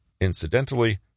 Incidentally